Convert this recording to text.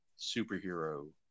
superhero